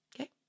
Okay